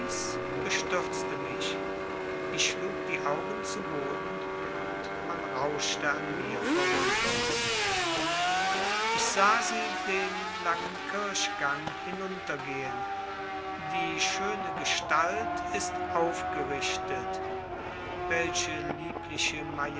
bestürzte mich ich schlug die augen zu boden und man rauschte an mir vorüber ich sahe sie den langen kirchgang hinuntergehen die schöne gestalt ist aufgerichtet welche liebliche